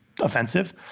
offensive